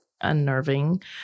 unnerving